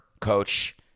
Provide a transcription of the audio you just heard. coach